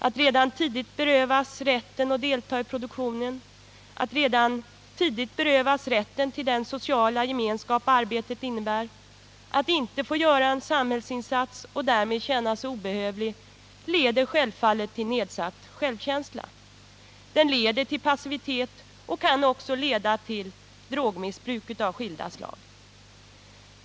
Att redan tidigt berövas rätten att delta i produktionen, att redan tidigt berövas rätten till den sociala gemenskap arbetet innebär, att inte få göra en samhällsinsats och att därför känna sig obehövlig leder självfallet till nedsatt självkänsla. Det leder till passivitet och kan också leda till drogmissbruk av skilda slag.